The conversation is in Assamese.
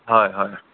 হয় হয়